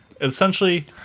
Essentially